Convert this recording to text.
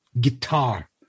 guitar